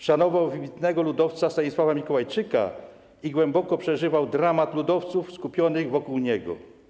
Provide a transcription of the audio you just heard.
Szanował wybitnego ludowca Stanisława Mikołajczyka i głęboko przeżywał dramat ludowców skupionych wokół niego.